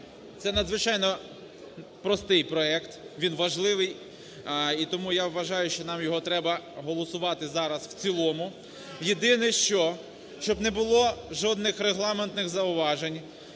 це надзвичайно простий проект. Він важливий, і тому я вважаю, що нам його треба голосувати зараз в цілому. Єдине що, щоб не було жодних регламентних зауважень,